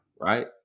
right